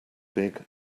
big